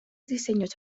diseños